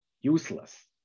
useless